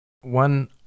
One